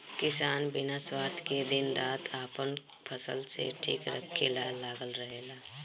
किसान बिना स्वार्थ के दिन रात आपन फसल के ठीक से रखे ला लागल रहेला